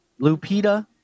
Lupita